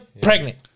pregnant